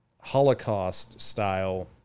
Holocaust-style